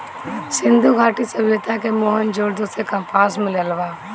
सिंधु घाटी सभ्यता के मोहन जोदड़ो से कपास मिलल बा